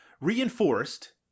reinforced